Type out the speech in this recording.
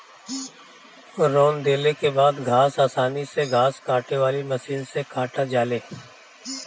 रौंद देले के बाद घास आसानी से घास काटे वाली मशीन से काटा जाले